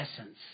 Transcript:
essence